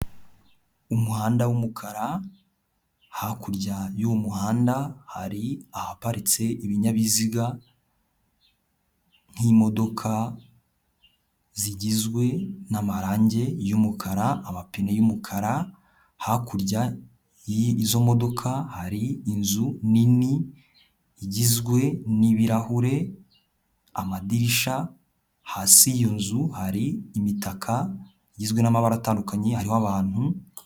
Umuhanda w'umukara, hakurya y'uwo muhanda hari ahaparitse ibinyabiziga nk'imodoka zigizwe n'amarangi y'umukara, amapine y'umukara, hakurya y'izo modoka hari inzu nini igizwe n'ibirahure, amadirisha, hasi y'iyo nzu hari imitaka igizwe n'amabara atandukanye, hariho abantu.